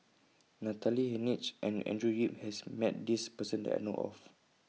Natalie Hennedige and Andrew Yip has Met This Person that I know of